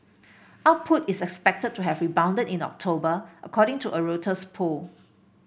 output is expected to have rebounded in October according to a Reuters poll